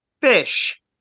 fish